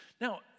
Now